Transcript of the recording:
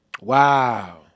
Wow